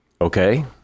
Okay